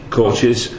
coaches